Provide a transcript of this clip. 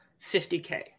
50K